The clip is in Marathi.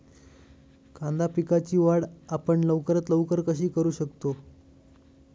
कांदा पिकाची वाढ आपण लवकरात लवकर कशी करू शकतो?